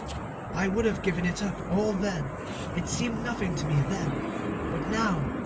i would have given it up all then it seemed nothing to me then but now,